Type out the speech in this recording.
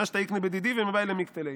"השתא איקני בדידי ומבעי למקטלי",